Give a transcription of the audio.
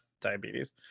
diabetes